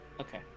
Okay